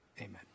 amen